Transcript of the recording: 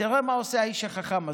תראה מה עושה האיש החכם הזה.